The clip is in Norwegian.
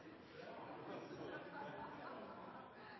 på plass